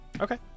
Okay